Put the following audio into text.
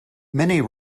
many